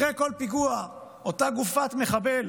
אחרי כל פיגוע אותה גופת מחבל